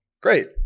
Great